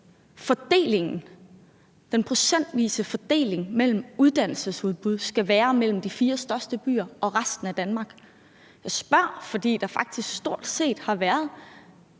mener at den procentvise fordeling mellem uddannelsesudbuddene skal være mellem de fire største byer og resten af Danmark. Jeg spørger, fordi der faktisk stort set – med